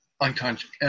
unconscious